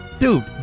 Dude